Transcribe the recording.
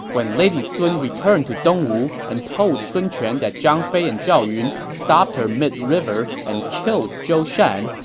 when lady sun returned to dongwu and told sun quan that zhang fei and zhao yun stopped her mid-river and killed zhou shan,